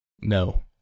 No